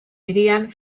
hirian